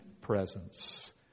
presence